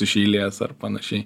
iš eilės ar panašiai